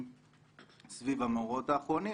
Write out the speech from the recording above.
סביב המאורעות האחרונים,